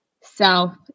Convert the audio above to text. south